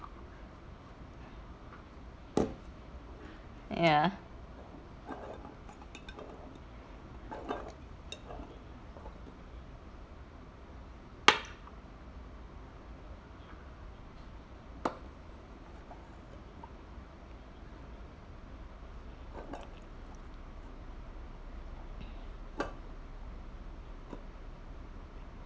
ya